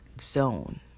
zone